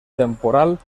temporal